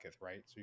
right